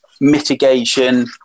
mitigation